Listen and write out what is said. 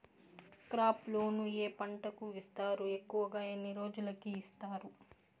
crop loan ఏ పంటలకు ఇస్తారు ఎక్కువగా ఎన్ని రోజులకి ఇస్తారు